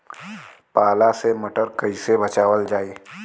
पाला से मटर कईसे बचावल जाई?